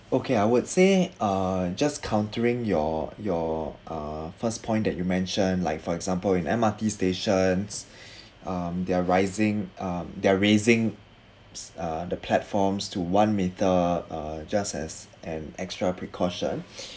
okay I would say uh just countering your your uh first point that you mentioned like for example in M_R_T stations um they're rising uh they're raising uh the platforms to one meter uh just as an extra precaution